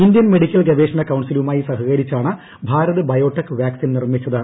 Indian medical ഗവേഷണ കൌൺസിലുമായി സഹകരിച്ചാണ് ഭാരത് ബയോടെക് വാക്സിൻ നിർമ്മിച്ചത്